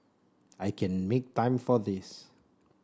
I can make time for this